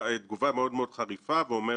ואני אומר את זה בעיקר לנגיד החדש,